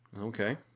okay